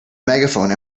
megaphone